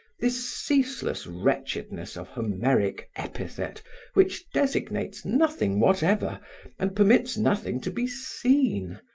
this ceaseless wretchedness of homeric epithet which designates nothing whatever and permits nothing to be seen,